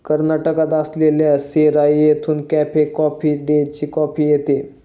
कर्नाटकात असलेल्या सेराई येथून कॅफे कॉफी डेची कॉफी येते